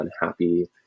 unhappy